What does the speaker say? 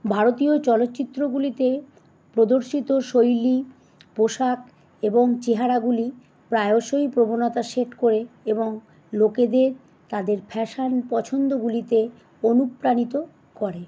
ভারতীয় চলচ্চিত্রগুলিতে প্রদর্শিত শৈলী পোশাক এবং চেহারাগুলি প্রায়শই প্রবণতা সেট করে এবং লোকেদের তাদের ফ্যাশন পছন্দগুলিতে অনুপ্রাণিত করে